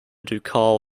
ducal